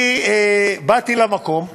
כי באתי למקום,